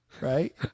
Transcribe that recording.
right